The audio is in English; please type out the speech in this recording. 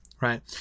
Right